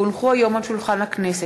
כי הונחו היום על שולחן הכנסת,